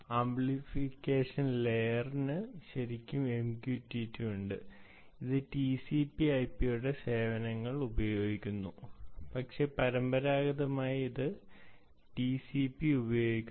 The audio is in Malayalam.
ആപ്ലിക്കേഷൻ ലെയറിന് ശരിക്കും MQTT ഉണ്ട് അത് ടിസിപി ഐപിയുടെ സേവനങ്ങൾ ഉപയോഗിക്കുന്നു പക്ഷേ പരമ്പരാഗതമായി ഇത് ടിസിപി ഉപയോഗിക്കുന്നു